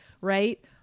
Right